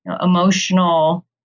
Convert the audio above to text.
emotional